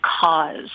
cause